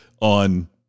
on